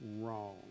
wrong